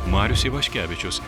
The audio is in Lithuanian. marius ivaškevičius